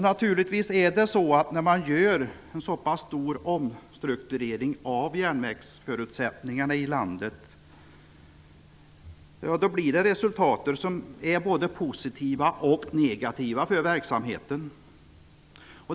När man genomför en sådan stor omstrukturering av järnvägsförutsättningarna i landet får det naturligtvis både positiva och negativa effekter på verksamheten.